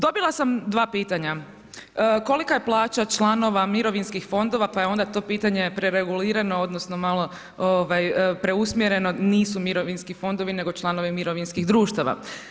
Dobila sam 2 pitanja, kolika je plaća članova mirovinskih fondova pa je onda to pitanje preregulirano odnosno malo preusmjereno, nisu mirovinski fondovi nego članovi mirovinskih društava.